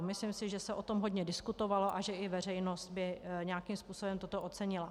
Myslím si, že se o tom hodně diskutovalo a že i veřejnost by nějakým způsobem toto ocenila.